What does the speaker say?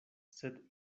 sed